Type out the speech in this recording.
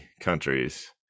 countries